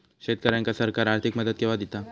शेतकऱ्यांका सरकार आर्थिक मदत केवा दिता?